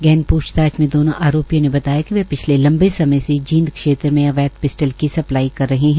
गहन पूछताछ में दोनों आरोपियों ने बताया कि वह पिछले लंबे समय से जींद क्षेत्र में अवैध पिस्टल की सप्लाई कर रहे है